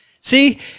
See